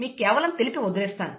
మీకు కేవలం తెలిపి వదిలేస్తాను